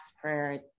prayer